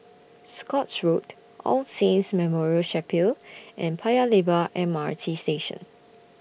Scotts Road All Saints Memorial Chapel and Paya Lebar M R T Station